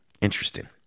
interesting